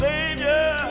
Savior